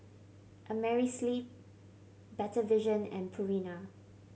Amerisleep Better Vision and Purina